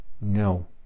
No